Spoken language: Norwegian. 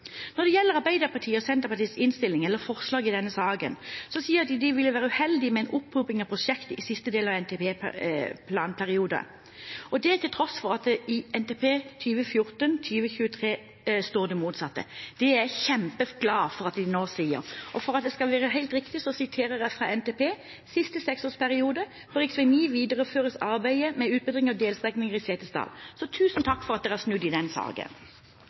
Når det gjelder Arbeiderpartiet og Senterpartiets forslag i denne saken, sier de at det vil være uheldig med en opphoping av prosjekter i siste del av NTP-perioden – det til tross for at det i Nasjonal transportplan 2014–2023 står det motsatte. Det er jeg kjempeglad for at de nå sier. For at det skal være helt riktig, siterer jeg fra NTP for den siste seksårsperioden: «På rv 9 videreføres arbeidet med utbedring av delstrekninger i Setesdal.» Tusen takk for at dere har snudd i denne saken!